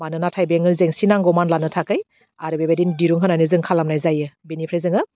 मानोना थाइबेंनो जेंसि नांगौ मानलानो थाखै आरो बेबायदिनो दिरुं होनानै जों खालामनाय जायो बिनिफ्राय जोङो